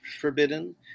forbidden